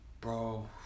bro